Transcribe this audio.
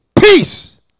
Peace